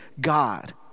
god